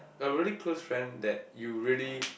a really close friend that you really